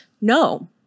No